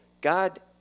God